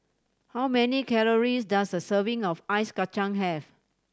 how many calories does a serving of Ice Kachang have